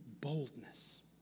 boldness